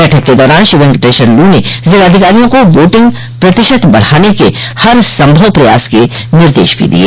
बैठक के दौरान श्री वेंकटेश्वर लू ने जिलाधिकारियों को वोटिंग प्रतिशत बढ़ाने के हर संभव प्रयास के निर्देश भी दिये